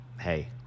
hey